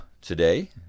today